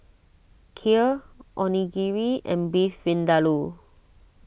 Kheer Onigiri and Beef Vindaloo